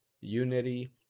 Unity